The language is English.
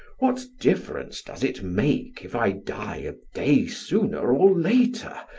what difference does it make if i die a day sooner or later,